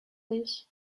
this